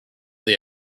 they